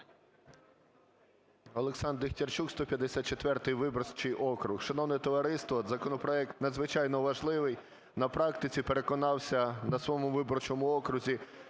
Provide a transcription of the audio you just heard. Олександр Дехтярчук, 154 виборчий округ. Шановне товариство, законопроект надзвичайно важливий. На практиці переконався на своєму виборчому окрузі,